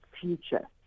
future